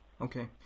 Okay